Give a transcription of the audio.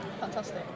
Fantastic